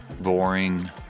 boring